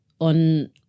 on